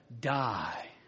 die